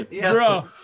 Bro